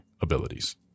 abilities